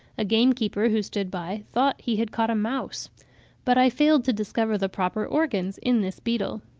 a gamekeeper, who stood by, thought he had caught a mouse but i failed to discover the proper organs in this beetle.